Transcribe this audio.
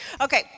Okay